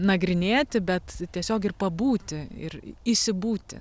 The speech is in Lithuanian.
nagrinėti bet tiesiog ir pabūti ir įsibūti